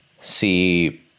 see